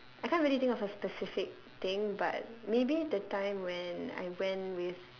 I can't really think of a specific thing but maybe the time when I went with